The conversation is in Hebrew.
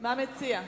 מה אתה מציע?